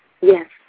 Yes